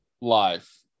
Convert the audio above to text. life